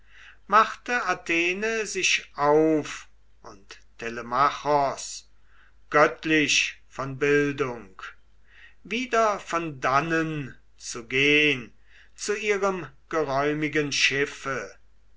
machte athene sich auf und telemachos göttlich von bildung wieder von dannen zu gehn zu ihrem geräumigen schiffe